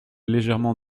légèrement